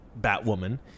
Batwoman